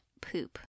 poop